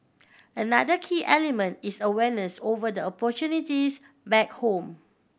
another key element is awareness over the opportunities back home